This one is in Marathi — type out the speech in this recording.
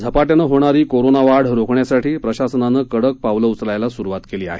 झपाट्याने होणारी वाढ रोखण्यासाठी प्रशासनानं कडक पावलं उचलण्यास सुरुवात केली आहे